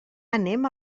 anem